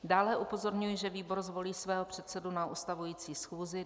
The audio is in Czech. Dále upozorňuji, že výbor zvolí svého předsedu na ustavující schůzi.